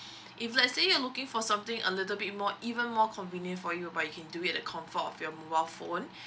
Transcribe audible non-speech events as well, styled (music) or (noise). (breath) if lets say you are looking for something a little bit more even more convenient for you but you can do it at comfort of your mobile phone